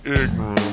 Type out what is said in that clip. ignorant